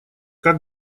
как